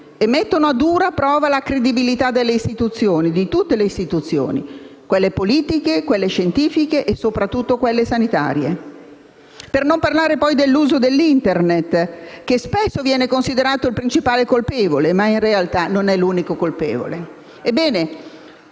e mettono a dura prova la credibilità delle istituzioni, di tutte le istituzioni: quelle politiche, quelle scientifiche e, soprattutto, quelle sanitarie. Per non parlare poi dell'uso di Internet, che spesso viene considerato il principale colpevole, ma che in realtà non è l'unico. Ebbene,